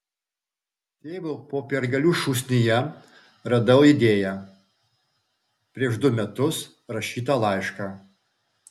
tėvo popiergalių šūsnyje radau idėją prieš du metus rašytą laišką